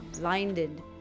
blinded